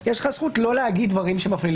שיש לך את הזכות לא להגיד דברים שמפלילים.